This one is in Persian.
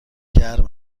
گرم